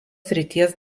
srities